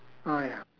oh ya